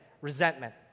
Resentment